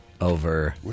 over